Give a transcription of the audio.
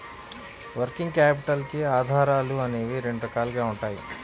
working capital కి ఆధారాలు అనేవి రెండు రకాలుగా ఉంటాయి